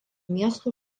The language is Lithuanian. miestų